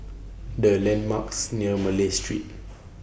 What Are The landmarks near Malay Street